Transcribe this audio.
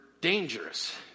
dangerous